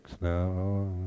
now